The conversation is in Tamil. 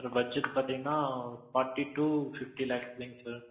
இதில் பட்ஜெட்டு பார்த்திங்கன்னா ஃபார்ட்டி டூ பிஃப்டி லேக்ஸ் உள்ளைங்க சார்